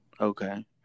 Okay